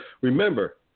Remember